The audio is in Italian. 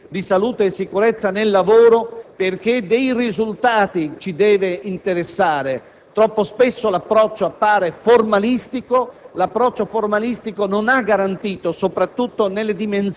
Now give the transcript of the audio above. obiettivamente risultati migliori in termini di salute e sicurezza nel lavoro perché è dei risultati che ci deve interessare. Troppo spesso l'approccio appare formalistico